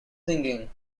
singing